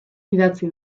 idatzi